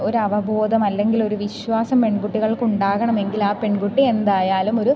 ഒരവബോധം അല്ലെങ്കിലൊരു വിശ്വാസം പെൺകുട്ടികൾക്ക് ഉണ്ടാകണമെങ്കിൽ ആ പെൺകുട്ടി എന്തായാലുമൊരു